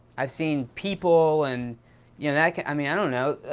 i've seen people and you know, like i mean i don't know,